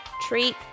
treat